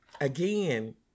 Again